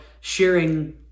sharing